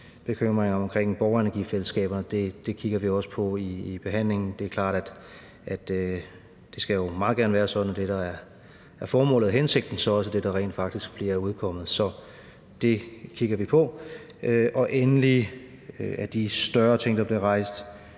bekymringer om borgerenergifællesskaber i behandlingen. Det er klart, at det jo meget gerne skulle være sådan, at det, der er formålet og hensigten, også er det, der rent faktisk bliver udkommet. Så det kigger vi på. Endelig er der med hensyn